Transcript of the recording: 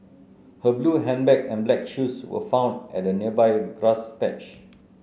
her blue handbag and black shoes were found at a nearby grass patch